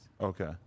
Okay